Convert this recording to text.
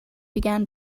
began